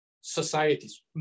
societies